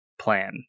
plan